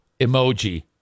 emoji